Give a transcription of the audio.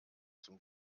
zum